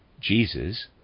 Jesus